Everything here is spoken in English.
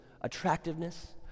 attractiveness